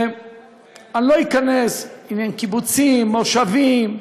אני לא אכנס אם הם קיבוצים, מושבים,